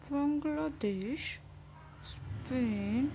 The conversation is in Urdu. بنگلہ دیش اسپین